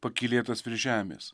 pakylėtas virš žemės